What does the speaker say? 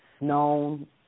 known